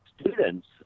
students